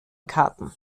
karten